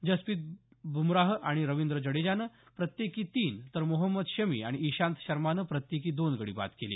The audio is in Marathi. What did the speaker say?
जसप्रीत ब्रमराह आणि रविंद्र जडेजानं प्रत्येकी तीन तर मोहम्मद शमी आणि इशांत शर्मानं प्रत्येकी दोन गडी बाद केले